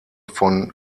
von